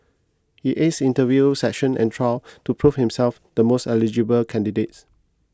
he ace interview sessions and trials to prove himself the most eligible candidates